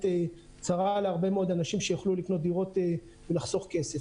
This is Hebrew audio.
צרה להרבה מאוד אנשים שיכלו לקנות דירות ולחסוך כסף.